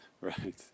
Right